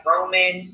Roman